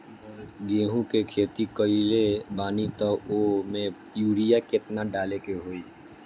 गेहूं के खेती कइले बानी त वो में युरिया केतना डाले के होई?